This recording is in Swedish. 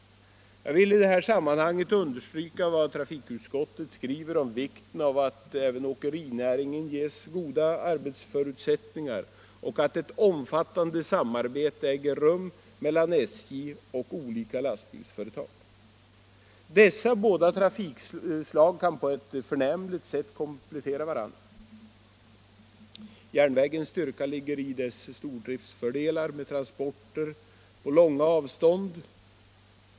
Jag vill i detta sammanhang understryka vad trafikutskottet skriver om vikten av att åkerinäringen ges goda arbetsförutsättningar och att ett omfattande samarbete äger rum mellan SJ och olika lastbilsföretag. Dessa båda trafikslag kan på ett förnämligt sätt komplettera varandra. Järnvägens styrka ligger i dess stordriftsfördelar med transporter på långa avstånd.